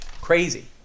crazy